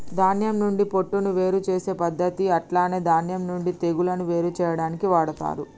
ధాన్యం నుండి పొట్టును వేరు చేసే పద్దతి అట్లనే ధాన్యం నుండి తెగులును వేరు చేయాడానికి వాడతరు